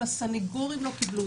אבל הסנגורים לא קבלו אותם.